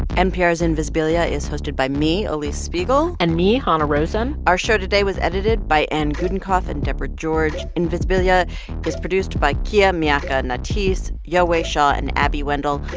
npr's invisibilia is hosted by me, alix spiegel and me, hanna rosin our show today was edited by anne gudenkauf and deborah george. invisibilia is produced by kia miakka natisse, yowei shaw and abby wendle.